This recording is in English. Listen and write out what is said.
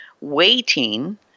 waiting